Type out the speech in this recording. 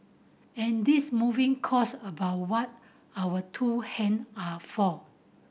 and this moving quotes about what our two hand are for